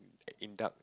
in dark